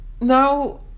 now